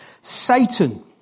Satan